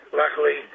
luckily